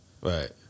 Right